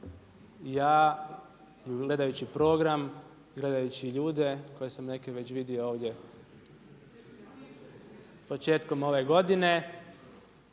ja gledajući program, gledajući ljude koje sam neke već vidio ovdje početkom ove godine